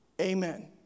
Amen